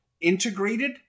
integrated